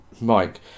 Mike